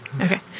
Okay